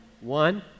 one